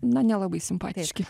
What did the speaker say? na nelabai simpatiški